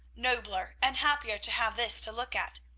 nobler, and happier to have this to look at.